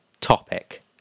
topic